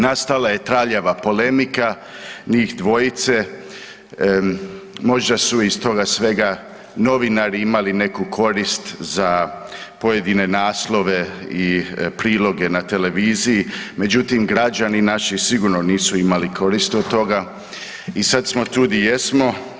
Nastala je traljava polemika njih dvojice, možda su iz toga svega novinari imali neku korist za pojedine naslove i priloge na televiziji, međutim, građani naši sigurno nisu imali koristi od toga i sad smo tu di jesmo.